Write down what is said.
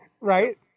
Right